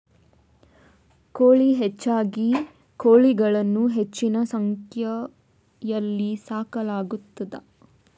ಕೋಳಿ ಹೆಚ್ಚಾಗಿ ಕೋಳಿಗಳನ್ನು ಹೆಚ್ಚಿನ ಸಂಖ್ಯೆಯಲ್ಲಿ ಸಾಕಲಾಗುತ್ತದೆ